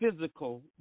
physical